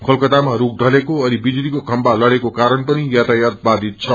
कोलक्रतामा रूख ढ़लेको अनिविजुलीको खम्बा लड़ेको कारण पनि यातायात वाषित छ